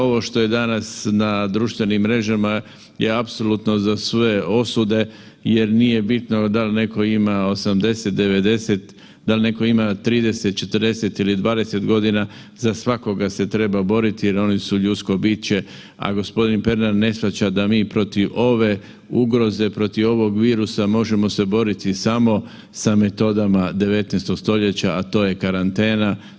Ovo što je danas na društvenim mrežama je apsolutno za sve osude jer nije bitno da li netko ima 80, 90, da li netko ima 30, 40 ili 20 godina, za svakoga se treba boriti jer oni su ljudsko biće, a gospodin Pernar ne shvaća da mi protiv ove ugroze, protiv ovog virusa možemo se boriti samo sa metodama 19. stoljeća, a to karantena.